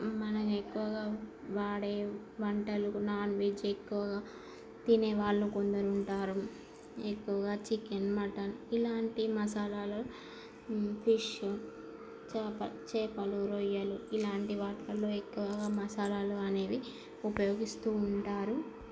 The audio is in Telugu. మనం ఎక్కువగా వాడే వంటలు నాన్ వెజ్ ఎక్కువగా తినేవాళ్ళు కొందరు ఉంటారు ఎక్కువగా చికెన్ మటన్ ఇలాంటి మసాలాలు ఫిష్ చాప చేపలు రొయ్యలు ఇలాంటి వాటిల్లో ఎక్కువగా మసాలాలు అనేవి ఉపయోగిస్తూ ఉంటారు